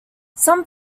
some